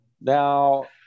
Now